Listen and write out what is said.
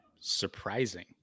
Surprising